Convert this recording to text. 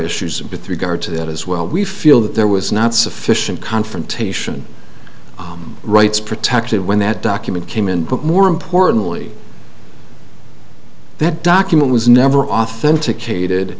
issues with regard to that as well we feel that there was not sufficient confrontation rights protected when that document came in but more importantly that document was never authenticated